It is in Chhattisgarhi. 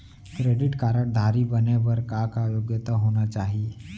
क्रेडिट कारड धारी बने बर का का योग्यता होना चाही?